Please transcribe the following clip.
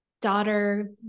daughter